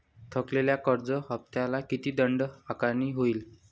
थकलेल्या कर्ज हफ्त्याला किती दंड आकारणी होईल?